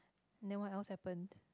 then what else happened